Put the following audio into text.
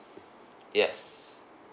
yes